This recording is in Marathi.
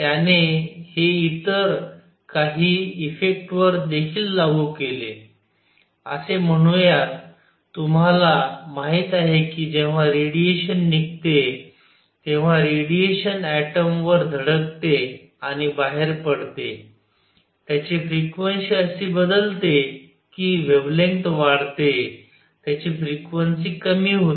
त्याने हे इतर काही इफेक्टवर देखील लागू केले असे म्हणूयात तुम्हाला माहित आहे की जेव्हा रेडिएशन निघते तेव्हा रेडिएशन ऍटम वर धडकते आणि बाहेर पडते त्याची फ्रिक्वेन्सी अशी बदलते की वेव्हलेंग्थ वाढते त्याची फ्रिक्वेन्सी कमी होते